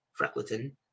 freckleton